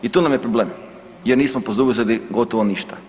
I tu nam je problem jer nismo poduzeli gotovo ništa.